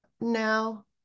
now